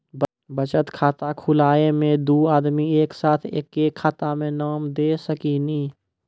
बचत खाता खुलाए मे दू आदमी एक साथ एके खाता मे नाम दे सकी नी?